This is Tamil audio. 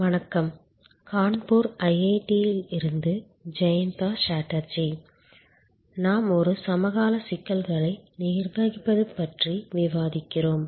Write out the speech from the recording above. வணக்கம் கான்பூர் ஐஐடியில் இருந்து ஜெயந்த சாட்டர்ஜி நாம் ஒரு சமகால சிக்கல்களை நிர்வகிப்பது பற்றி விவாதிக்கிறோம்